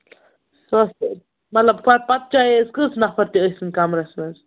سۄ ٲس مطلب پَتہٕ پَتہٕ چاہے أسۍ کٔژ نَفر تہِ ٲسِن کَمرَس منٛز